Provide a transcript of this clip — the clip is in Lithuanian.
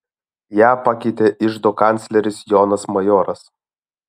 ją pakeitė iždo kancleris jonas majoras